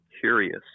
curious